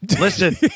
Listen